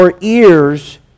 Ears